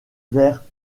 vers